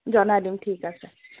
জনাই দিম ঠিক আছে